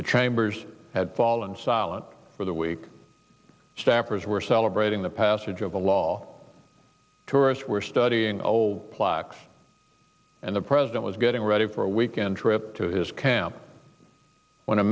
the chambers had fallen silent for the week staffers were celebrating the passage of the law tourists were studying old plaques and the president was getting ready for a weekend trip to his camp when a